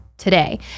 today